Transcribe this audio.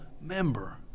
member